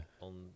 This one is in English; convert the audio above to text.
on